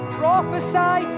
prophesy